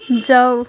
जाऊ